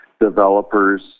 developers